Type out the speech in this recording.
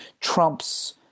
Trump's